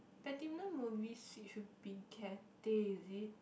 platinum movie suite should be Cathay is it